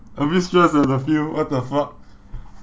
a bit stressed eh the feel what the fuck